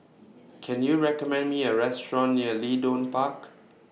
Can YOU recommend Me A Restaurant near Leedon Park